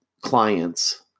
clients